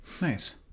Nice